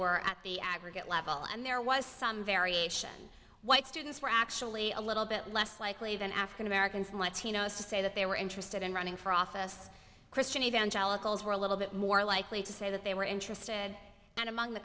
were at the aggregate level and there was some variation white students were actually a little bit less likely than african americans latinos to say that they were interested in running for office christian evangelicals were a little bit more likely to say that they were interested and among the